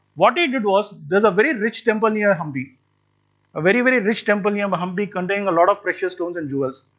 what he did was there is a very rich temple near hampi a very rich temple near um hampi containing a lot of precious stones and jewels.